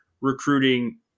recruiting